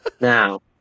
Now